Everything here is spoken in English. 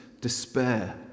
despair